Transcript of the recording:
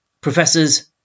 Professors